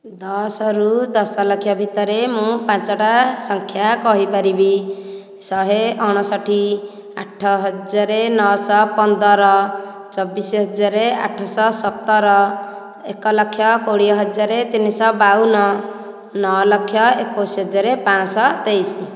ଦଶ ରୁ ଦଶ ଲକ୍ଷ ଭିତରେ ମୁଁ ପାଞ୍ଚଟା ସଂଖ୍ୟା କହିପାରିବି ଶହେ ଅଣଷଠି ଆଠ ହଜାର ନଅ ଶହ ପନ୍ଦର ଚବିଶି ହଜାର ଆଠଶହ ସତର ଏକ ଲକ୍ଷ କୋଡ଼ିଏ ହଜାର ତିନି ଶହ ବାଉନ ନଅ ଲକ୍ଷ ଏକୋଇଶି ହଜାର ପାଞ୍ଚଶହ ତେଇଶି